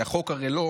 כי החוק הרי לא